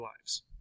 lives